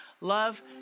love